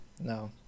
no